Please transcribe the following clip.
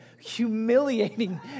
humiliating